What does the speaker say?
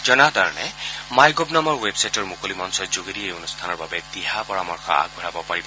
জনসাধাৰণে my gov নামৰ ৱেবছাইটটোৰ মুকলি মঞ্চৰ যোগেদি এই অনূষ্ঠানৰ বাবে দিহা পৰামৰ্শ আগবঢ়াব পাৰিব